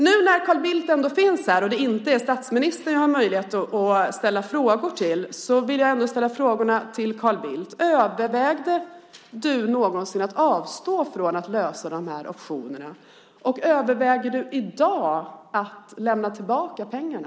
Nu när Carl Bildt ändå finns här och det inte är statsministern som jag har möjlighet att ställa frågor till vill jag ställa mina frågor till Carl Bildt: Övervägde du någonsin att avstå från att lösa in de här optionerna? Och överväger du i dag att lämna tillbaka pengarna?